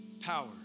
power